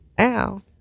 Ow